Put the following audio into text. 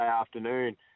afternoon